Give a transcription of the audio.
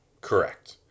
Correct